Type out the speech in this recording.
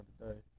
today